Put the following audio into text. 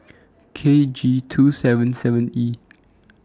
K G two seven seven E